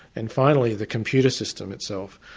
and finally, the computer system itself,